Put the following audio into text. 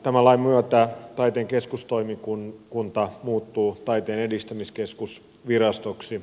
tämän lain myötä taiteen keskustoimikunta muuttuu taiteen edistämiskeskus virastoksi